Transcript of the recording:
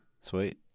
Sweet